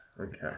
Okay